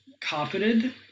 carpeted